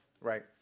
right